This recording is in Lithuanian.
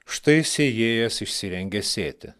štai sėjėjas išsirengė sėti